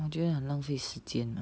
我觉得很浪费时间 ah